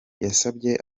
yasabye